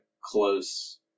close